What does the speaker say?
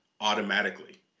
automatically